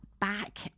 back